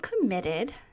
committed